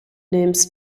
names